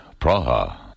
Praha